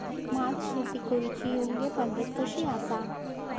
भात शेती करुची योग्य पद्धत कशी आसा?